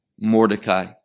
Mordecai